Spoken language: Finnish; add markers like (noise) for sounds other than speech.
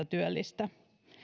(unintelligible) työllistä